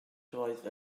droed